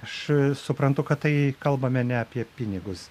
aš suprantu kad tai kalbame ne apie pinigus